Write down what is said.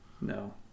No